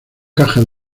caja